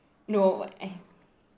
no and